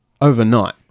overnight